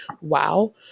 wow